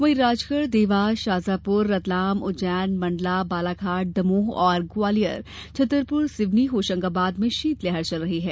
वहीं राजगढ़ देवास षाजापुर रतलाम उज्जैन मंडला बालाघाट दमोह और ग्वालियर छतरपुर सिवनी होशंगाबाद में शीतलहर चल रही है